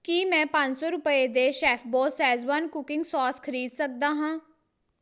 ਕੀ ਮੈਂ ਪੰਜ ਸੌ ਰੁਪਏ ਦੇ ਸ਼ੈੱਫਬੌਸ ਸ਼ੈਜ਼ਵਾਨ ਕੁਕਿੰਗ ਸੋਸ ਖਰੀਦ ਸਕਦਾ ਹਾਂ